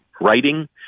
writing